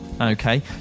Okay